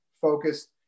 focused